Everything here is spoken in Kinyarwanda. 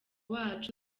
wacu